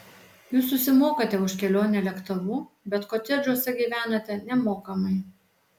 jūs susimokate už kelionę lėktuvu bet kotedžuose gyvenate nemokamai